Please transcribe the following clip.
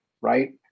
right